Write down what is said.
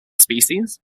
species